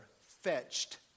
fetched